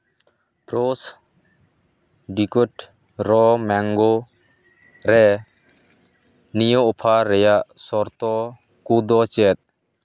ᱯᱷᱨᱮᱥᱳ ᱰᱟᱭᱤᱥᱴ ᱨᱳᱣ ᱢᱮᱝᱜᱳ ᱨᱮ ᱱᱤᱭᱟᱹ ᱚᱯᱷᱟᱨ ᱨᱮᱭᱟᱜ ᱥᱚᱨᱛᱚ ᱠᱚᱫᱚ ᱪᱮᱫ